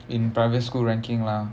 in private school ranking lah